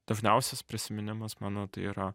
dažniausias prisiminimas mano tai yra